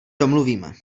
domluvíme